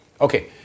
Okay